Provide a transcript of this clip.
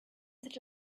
such